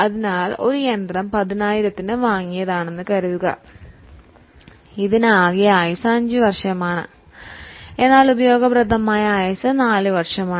അതിനാൽ ഒരു യന്ത്രം 10000 ന് വാങ്ങിയതാണെന്ന് കരുതുക ഇതിന് പ്രതീക്ഷിത ആയുസ്സ് 5 വർഷമാണ് എന്നാൽ പ്രതീക്ഷിത ഫലദായക ആയുസ്സ് 4 വർഷമാണ്